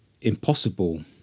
impossible